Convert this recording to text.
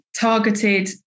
targeted